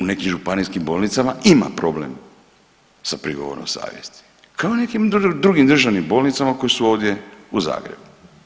U nekim županijskim bolnicama ima problem sa prigovorom savjesti kao i nekim drugim državnim bolnicama koje su ovdje u Zagrebu.